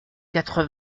quatre